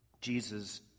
Jesus